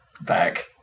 back